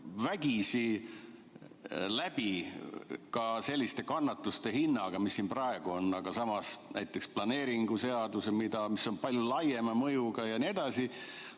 vägisi läbi ka selliste kannatuste hinnaga, mis siin praegu on, aga samas näiteks planeeringuseaduse, mis on palju laiema mõjuga, on minema